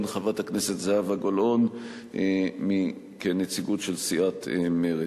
חברת הכנסת זהבה גלאון כנציגה של סיעת מרצ.